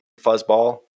Fuzzball